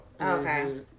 okay